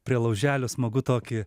prie lauželio smagu tokį